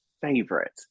favorite